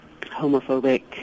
homophobic